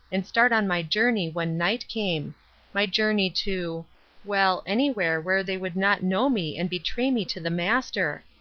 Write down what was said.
and start on my journey when night came my journey to well, anywhere where they would not know me and betray me to the master.